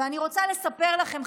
ואני רוצה לספר לכם,